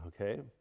Okay